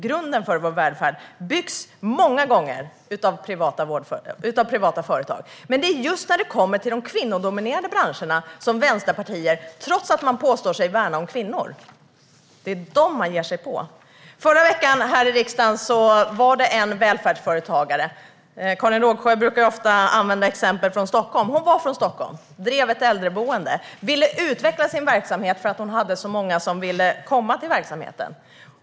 Grunden för vår välfärd byggs många gånger av privata företag. Men de är just när det kommer till de kvinnodominerade branscherna som vänsterpartier, trots att de påstår sig värna om kvinnor, ger sig på dem. Förra veckan var det en välfärdsföretagare här i riksdagen. Karin Rågsjö brukar ofta använda exempel från Stockholm. Hon var från Stockholm och drev ett äldreboende. Hon ville utveckla sin verksamhet för att hon hade så många som ville komma till verksamheten.